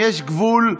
יש גבול,